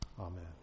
Amen